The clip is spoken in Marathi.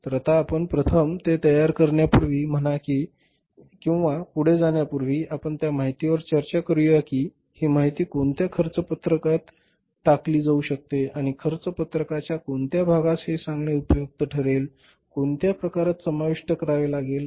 तर आता आपण प्रथम ते तयार करण्यापूर्वी म्हणा किंवा पुढे जाण्यापूर्वी आपण या माहितीवर चर्चा करूया की ही माहिती कोणत्या खर्च पत्रकात टाकली जाऊ शकते आणि खर्च पत्रकाच्या कोणत्या भागास हे सांगणे उपयुक्त ठरेल कोणत्या प्रकारात समाविष्ट करावे लागेल